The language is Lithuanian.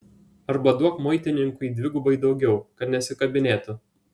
arba duok muitininkui dvigubai daugiau kad nesikabinėtų